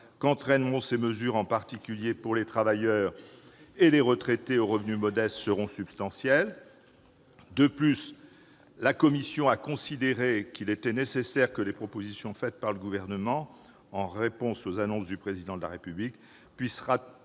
qu'entraîneront ces mesures, en particulier pour les travailleurs et les retraités aux revenus modestes, seront substantiels. De plus, la commission a considéré qu'il était nécessaire que les propositions faites par le Gouvernement en réponse aux annonces du Président de la République puissent rapidement